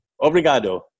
obrigado